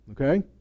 okay